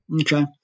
Okay